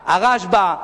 הרשב"א,